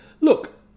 Look